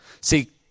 See